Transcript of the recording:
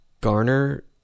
Garner